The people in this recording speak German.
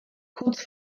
kurz